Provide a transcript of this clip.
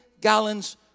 gallons